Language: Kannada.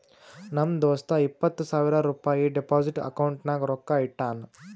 ನಮ್ ದೋಸ್ತ ಇಪ್ಪತ್ ಸಾವಿರ ರುಪಾಯಿ ಡೆಪೋಸಿಟ್ ಅಕೌಂಟ್ನಾಗ್ ರೊಕ್ಕಾ ಇಟ್ಟಾನ್